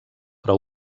però